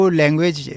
language